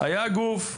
היה גוף,